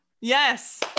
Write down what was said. Yes